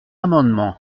amendement